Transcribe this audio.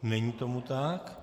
Není tomu tak.